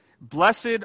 Blessed